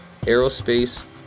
Aerospace